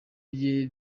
rye